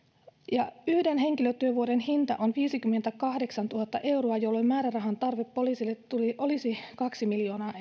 ja yhden henkilötyövuoden hinta on viisikymmentäkahdeksantuhatta euroa jolloin määrärahan tarve poliisille olisi kaksi miljoonaa